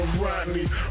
Rodney